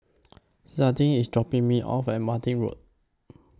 Zaiden IS dropping Me off At Martin Road